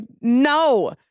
no